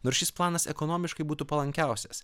nors šis planas ekonomiškai būtų palankiausias